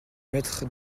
maître